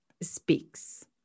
speaks